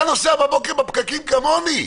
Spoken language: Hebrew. אתה נוסע בבוקר בפקקים כמוני?